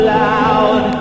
loud